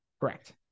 Correct